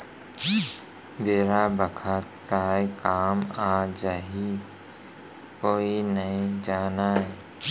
बेरा बखत काय काम आ जाही कोनो नइ जानय